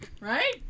right